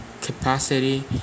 capacity